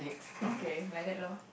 okay like that lor